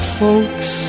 folks